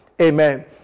Amen